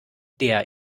der